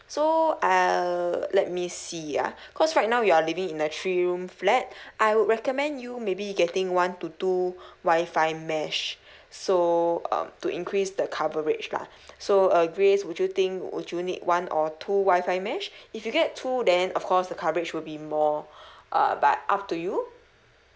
so uh let me see ah cause right now you're living in a three room flat I would recommend you maybe getting one to two wifi mesh so um to increase the coverage lah so uh grace would you think would you need one or two wifi mesh if you get two then of course the coverage will be more uh but up to you